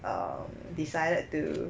err um decided to